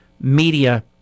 media